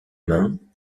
main